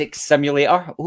Simulator